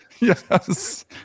Yes